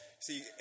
See